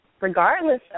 regardless